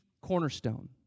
cornerstone